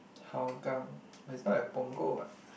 Hougang but it's not at Punggol what